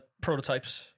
prototypes